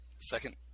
second